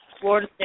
Florida